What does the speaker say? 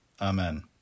Amen